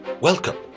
Welcome